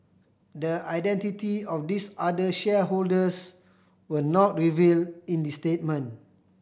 the identity of these other shareholders were not revealed in the statement